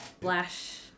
Flash